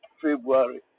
February